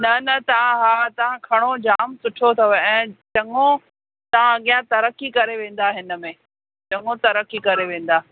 न न तव्हां हा तव्हां खणो जाम सुठो अथव ऐं चङो तां अॻियां तरक़ी करे वेंदा हिन में चङो तरक़ी करे वेंदा